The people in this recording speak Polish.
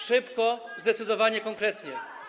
Szybko, zdecydowanie, konkretnie.